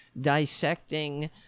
dissecting